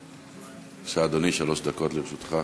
אדוני, שלוש דקות לרשותך.